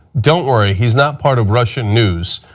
don't worry, he's not part of russian news.